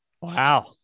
Wow